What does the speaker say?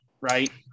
Right